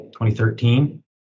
2013